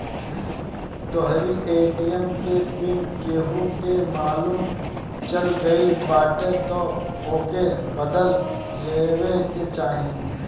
तोहरी ए.टी.एम के पिन केहू के मालुम चल गईल बाटे तअ ओके बदल लेवे के चाही